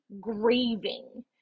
grieving